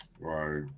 right